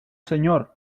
señor